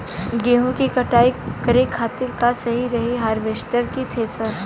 गेहूँ के कटाई करे खातिर का सही रही हार्वेस्टर की थ्रेशर?